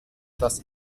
dass